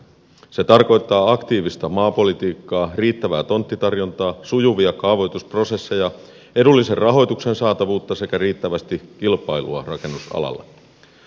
se tarkoittaa aktiivista maapolitiikkaa riittävää tonttitarjontaa sujuvia kaavoitusprosesseja edullisen rahoituksen saatavuutta sekä riittävästi kilpailua rakennusalalle